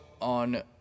on